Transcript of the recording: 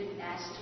asked